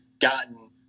gotten